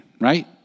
right